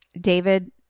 David